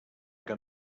que